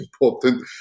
important